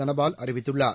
தனபால் அறிவித்துள்ளார்